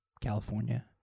California